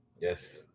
Yes